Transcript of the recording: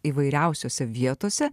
įvairiausiose vietose